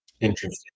Interesting